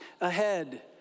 ahead